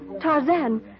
Tarzan